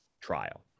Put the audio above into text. trial